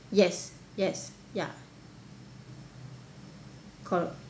yes yes ya cor~